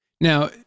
Now